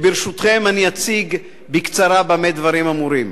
ברשותכם, אני אציג בקצרה במה דברים אמורים.